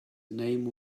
name